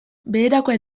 beherakoa